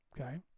okay